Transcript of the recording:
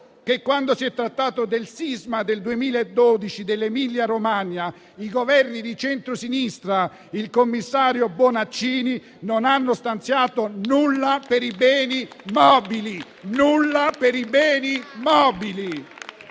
che quando si è trattato del sisma del 2012 dell'Emilia-Romagna, i Governi di centrosinistra, il commissario Bonaccini, non hanno stanziato nulla per i beni mobili. Nulla per i beni mobili!